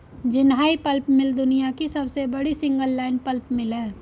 Jinhai pulp mill दुनिया की सबसे बड़ी सिंगल लाइन पल्प मिल है